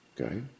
Okay